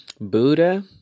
Buddha